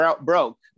broke